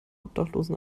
obdachlosen